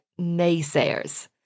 naysayers